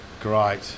great